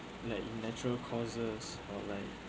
like natural causes or like